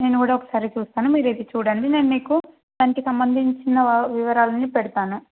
నేను కూడా ఒకసారి చూస్తాను మీరు వెళ్ళి చూడండి నేను మీకు దానికి సంబంధించిన వా వివరాలన్నీ పెడతాను